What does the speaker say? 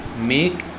make